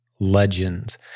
legends